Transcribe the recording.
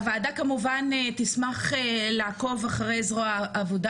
הוועדה כמובן תשמח לעקוב אחרי זרוע העבודה,